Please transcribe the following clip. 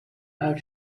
how